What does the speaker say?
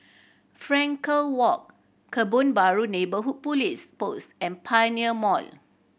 Frankel Walk Kebun Baru Neighbourhood Police Post and Pioneer Mall